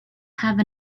have